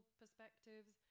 perspectives